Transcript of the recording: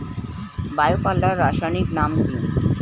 Bio পাল্লার রাসায়নিক নাম কি?